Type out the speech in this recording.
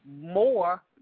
more